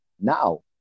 now